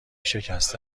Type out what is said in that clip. شکسته